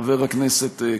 חבר הכנסת כהן.